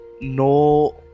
No